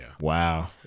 Wow